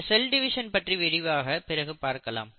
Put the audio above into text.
இந்த cell division பற்றி விரிவாக பிறகு பார்க்கலாம்